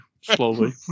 slowly